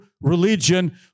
religion